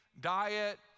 diet